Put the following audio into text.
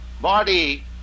body